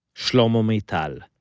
shlomo maital.